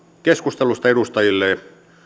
keskustelusta edustajille